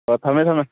ꯑꯣ ꯊꯝꯃꯦ ꯊꯝꯃꯦ